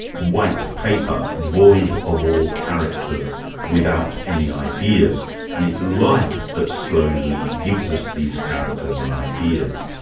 white paper void of all characters without any ideas and it's life that slowly gives us these characters and ideas.